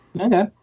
Okay